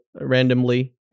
randomly